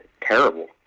Terrible